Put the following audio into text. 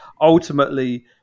ultimately